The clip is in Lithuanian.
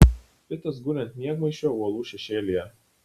pitas guli ant miegmaišio uolų šešėlyje